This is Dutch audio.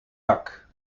dak